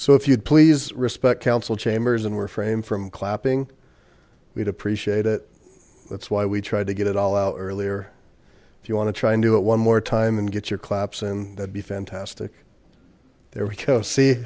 so if you'd please respect council chambers and we're frame from clapping we'd appreciate it that's why we tried to get it all out earlier if you want to try and do it one more time and get your claps and be fantastic there we go see